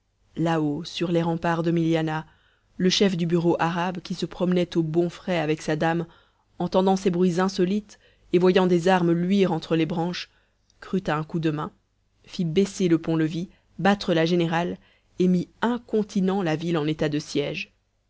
sur les remparts de milianah le chef du bureau arabe qui se promenait au bon frais avec sa dame entendant ces bruits insolites et voyant des armes luire entre les branches crut à un coup de main fit baisser le pont-levis battre la générale et mit incontinent la ville en état de siège